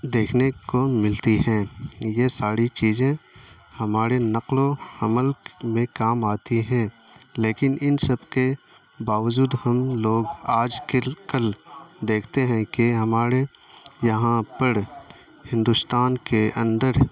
دیکھنے کو ملتی ہیں یہ ساری چیزیں ہمارے نقل و حمل میں کام آتی ہیں لیکن ان سب کے باوجود ہم لوگ آج کل کل دیکھتے ہیں کہ ہمارے یہاں پر ہندوستان کے اندر